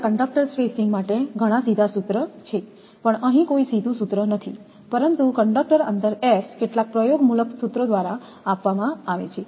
તેથી ત્યાં conductor spacing માટે ઘણા સીધા સૂત્ર છે પણ અહીં કોઈ સીધું સૂત્ર નથી પરંતુ કંડક્ટર અંતર S કેટલાક પ્રયોગમૂલક સૂત્રો દ્વારા આપવામાં આવે છે